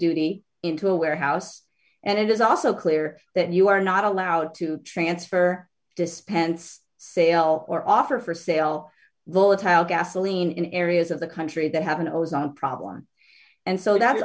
duty into a warehouse and it is also clear that you are not allowed to transfer dispense sale or offer for sale the little gasoline in areas of the country that have a nose on problem and so that